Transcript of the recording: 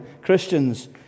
Christians